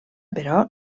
però